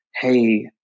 hey